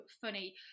funny